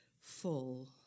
full